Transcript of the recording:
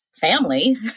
family